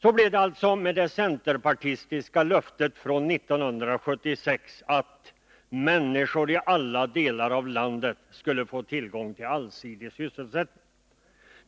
Så blev det alltså med det centerpartistiska löftet från 1976 att ”människor i alla delar av landet” skulle få ”tillgång till allsidig sysselsättning”.